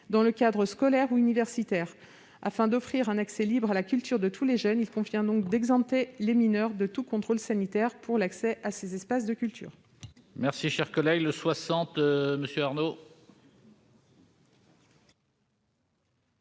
dans le cadre scolaire ou universitaire. Afin d'offrir un accès libre à la culture à tous les jeunes, il convient d'exempter les mineurs de tout contrôle sanitaire pour l'accès à ces espaces de culture. L'amendement n° 60, présenté